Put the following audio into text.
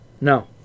No